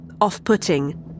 off-putting